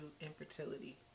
infertility